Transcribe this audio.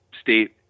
state